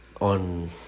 on